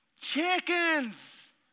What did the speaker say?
Chickens